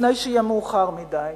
לפני שיהיה מאוחר מדי,